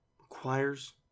requires